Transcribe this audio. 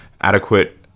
adequate